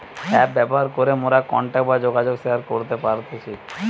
app ব্যবহার করে মোরা কন্টাক্ট বা যোগাযোগ শেয়ার করতে পারতেছি